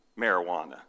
marijuana